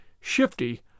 shifty